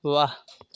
वाह